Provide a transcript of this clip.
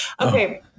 Okay